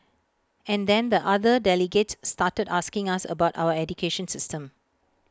and then the other delegates started asking us about our education system